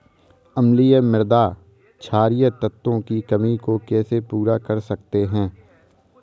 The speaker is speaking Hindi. अम्लीय मृदा में क्षारीए तत्वों की कमी को कैसे पूरा कर सकते हैं?